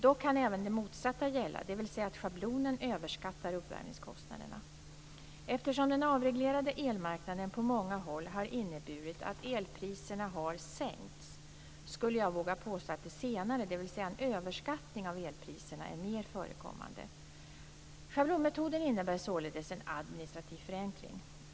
Dock kan även det motsatta gälla, dvs. att schablonen överskattar uppvärmningskostnaderna. Eftersom den avreglerade elmarknaden på många håll har inneburit att elpriserna har sänkts skulle jag våga påstå att det senare, dvs. en överskattning av elpriserna, är mer förekommande. Schablonmetoden innebär således en administrativ förenkling.